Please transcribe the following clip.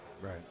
right